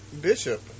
Bishop